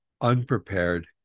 unprepared